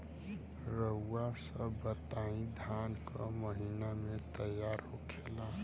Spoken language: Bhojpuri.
रउआ सभ बताई धान क महीना में तैयार होखेला?